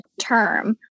term